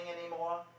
anymore